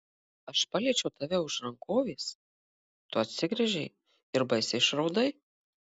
aš paliečiau tave už rankovės tu atsigręžei ir baisiai išraudai